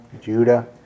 Judah